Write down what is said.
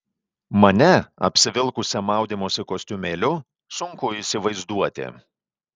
mane apsivilkusią maudymosi kostiumėliu sunku įsivaizduoti